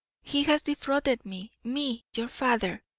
he has defrauded me, me, your father,